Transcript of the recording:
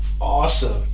awesome